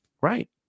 Right